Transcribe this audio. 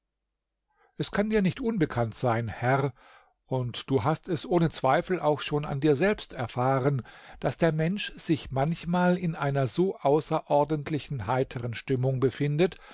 es kann dir nicht unbekannt sein herr und du hast es ohne zweifel auch schon an dir selbst erfahren daß der mensch sich manchmal in einer so außerordentlichen heiteren stimmung befindet